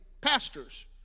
pastors